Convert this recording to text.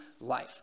life